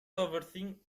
overthink